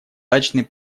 дачный